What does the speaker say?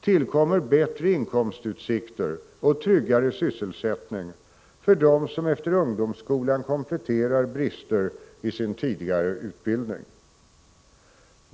tillkommer bättre inkomstutsikter och tryggare sysselsättning för dem som efter ungdomsskolan kompletterar brister i sin tidigare utbildning.